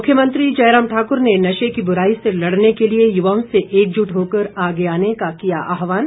मुख्यमंत्री जयराम ठाकुर ने नशे की बुराई से लड़ने के लिए युवाओं से एकजुट होकर आगे आने का किया आह्वान